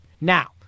now